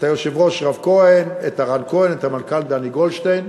את היושב-ראש ערן כהן, את המנכ"ל דני גולדשטיין.